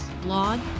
blog